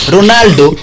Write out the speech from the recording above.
Ronaldo